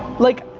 like,